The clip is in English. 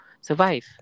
survive